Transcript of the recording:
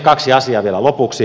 kaksi asiaa vielä lopuksi